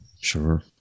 Sure